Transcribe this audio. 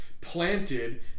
planted